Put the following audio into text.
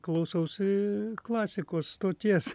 klausausi klasikos stoties